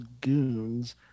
goons